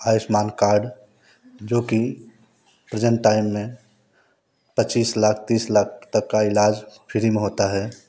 Ayushman card जो की present time में पच्चीस लाख तीस लाख तक का इलाज फिरी में होता है